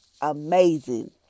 amazing